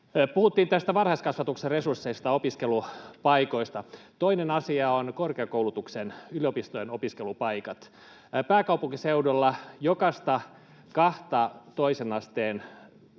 Puhuttiin varhaiskasvatuksen resursseista ja opiskelupaikoista. Toinen asia on korkeakoulutuksen, yliopistojen, opiskelupaikat. Pääkaupunkiseudulla jokaista kahta toisen asteen